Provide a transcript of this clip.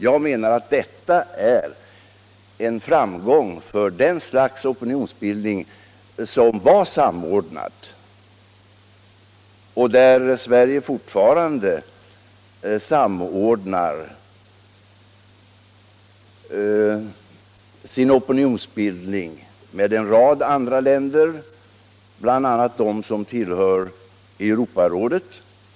Jag menar att detta är en framgång för det slags opinionsbildning som var samordnad. Sverige samordnar fortfarande sin opinionsbildning med andra länders, bl.a. dem som tillhör Europarådet.